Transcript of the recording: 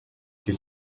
cyo